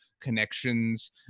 connections